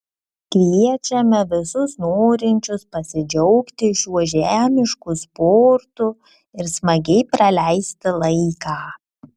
kviečiame visus norinčius pasidžiaugti šiuo žiemišku sportu ir smagiai praleisti laiką